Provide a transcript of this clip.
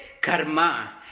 karma